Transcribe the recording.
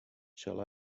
shall